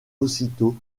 aussitôt